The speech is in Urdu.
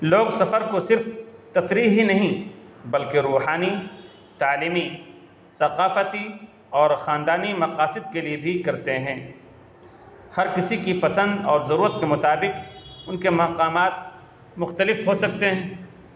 لوگ سفر کو صرف تفریح ہی نہیں بلکہ روحانی تعلیمی ثقافتی اور خاندانی مقاصد کے لیے بھی کرتے ہیں ہر کسی کی پسند اور ضرورت کے مطابق ان کے مقامات مختلف ہو سکتے ہیں